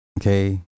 Okay